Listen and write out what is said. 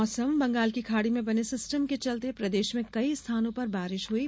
मौसम बंगाल की खाड़ी में बने सिस्टम के चलते प्रदेश में कई स्थानों पर बारिश हुई है